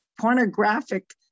pornographic